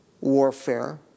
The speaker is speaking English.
warfare